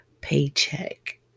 paycheck